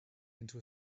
into